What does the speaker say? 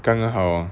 刚刚好 ah